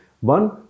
One